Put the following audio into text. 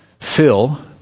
Phil